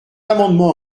amendement